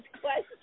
question